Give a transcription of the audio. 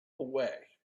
away